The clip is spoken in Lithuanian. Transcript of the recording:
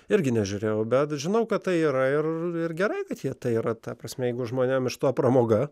irgi nežiūrėjau bet žinau kad tai yra ir gerai kad jie tai yra ta prasme jeigu žmonėm iš to pramoga